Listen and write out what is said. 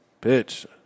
Pitch